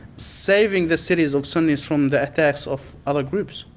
saving the cities of sunnis from the attacks of other groups.